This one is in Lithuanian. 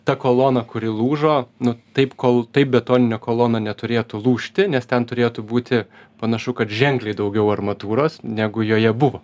ta kolona kuri lūžo nu taip kol taip betoninė kolona neturėtų lūžti nes ten turėtų būti panašu kad ženkliai daugiau armatūros negu joje buvo